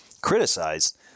criticized